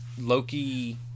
Loki